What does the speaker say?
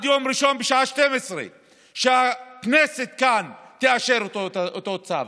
ושעד יום ראשון בשעה 12:00 הכנסת כאן תאשר את אותו צו.